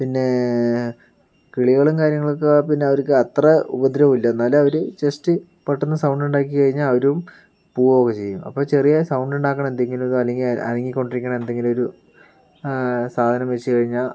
പിന്നേ കിളികളും കാര്യങ്ങളും ഒക്കെ പിന്നെ അവർക്ക് അത്ര ഉപദ്രവം ഇല്ല എന്നാലും അവർ ജസ്റ്റ് പെട്ടെന്ന് സൗണ്ട് ഉണ്ടാക്കി കഴിഞ്ഞാൽ അവരും പോകുകയൊക്കെ ചെയ്യും അപ്പോൾ ചെറിയ സൗണ്ട് ഉണ്ടാകുന്ന എന്തെങ്കിലും അല്ലെങ്കിൽ അനങ്ങി കൊണ്ടിരിക്കുന്ന എന്തെങ്കിലും ഒരു സാധനം വെച്ച് കഴിഞ്ഞാൽ